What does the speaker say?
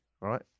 Right